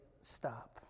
stop